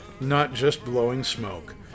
NotJustBlowingSmoke